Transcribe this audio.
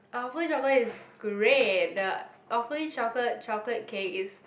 awfully-chocolate is great the awfully-chocolate chocolate cake is